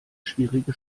schwierige